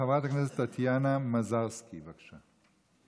חברת הכנסת טטיאנה מזרסקי, בבקשה.